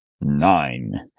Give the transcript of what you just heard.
nine